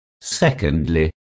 Secondly